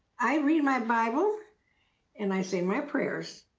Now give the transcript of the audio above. i read my bible and i say my prayers,